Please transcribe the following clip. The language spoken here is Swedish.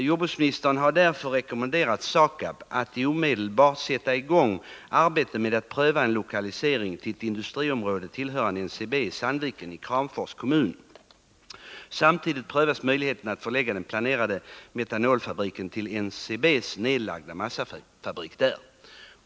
Jordbruksministern har därför rekommenderat SAKAB att omedelbart sätta i gång arbetet med att pröva en lokalisering till ett industriområde tillhörande NCB i Sandviken, Kramfors kommun. Samtidigt prövas möjlig heterna att förlägga den planerade metanolfabriken till NCB:s nedlagda massafabrik där.